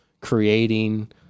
creating